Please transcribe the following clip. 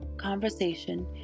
conversation